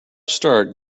start